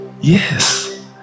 yes